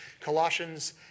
Colossians